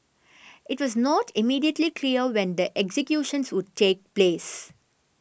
it was not immediately clear when the executions would take place